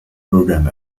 bürgern